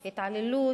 התעללות,